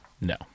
No